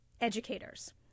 educators